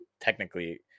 technically